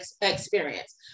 experience